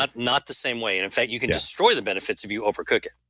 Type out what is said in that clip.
not not the same way. in and fact, you can destroy the benefits of you overcook it